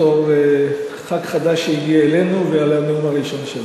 בתור חבר כנסת חדש שהגיע אלינו ועל הנאום הראשון שלו.